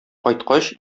кайткач